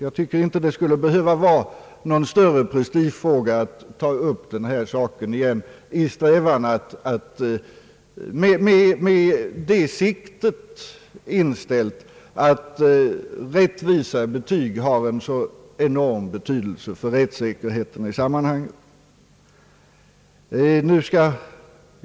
Jag tycker inte att det skulle behöva vara någon större prestigefråga att ta upp denna sak igen med sikte på att rättvisa betyg har en enorm betydelse för det jag nyss kallade för rättssäkerheten i detta sammanhang.